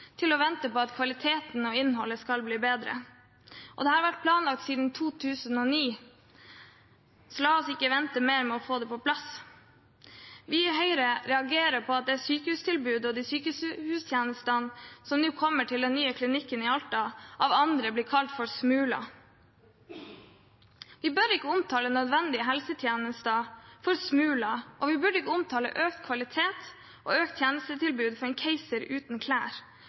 til å vente på at kvalitet og innhold skal bli bedre. Dette har vært planlagt siden 2009, så la oss ikke vente lenger med å få det på plass. Vi i Høyre reagerer på at det sykehustilbudet og de sykehustjenestene som nå kommer i den nye klinikken i Alta, av andre blir kalt «smuler». Vi bør ikke omtale nødvendige helsetjenester som «smuler», og vi bør ikke omtale økt kvalitet og økt tjenestetilbud som en «keiser uten klær», for